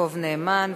יעקב נאמן.